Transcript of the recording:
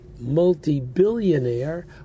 multi-billionaire